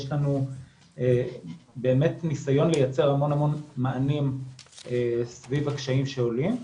יש לנו באמת ניסיון לייצר המון מענים סביב הקשיים שעולים.